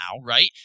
right